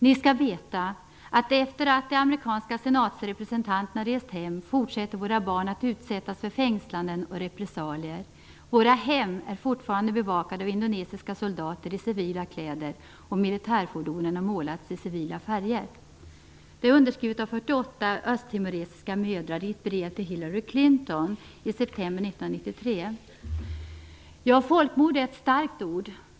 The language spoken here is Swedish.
Ni skall veta att efter att det amerikanska senatsrepresentanterna har rest hem fortsätter våra barn att utsättas för fängslanden och repressalier. Våra hem är fortfarande bevakade av indonesiska soldater i civila kläder, och militärfordonen har målats i civila färger. 1993 är underskrivet av 48 östtimoresiska mödrar. Folkmord är ett starkt ord.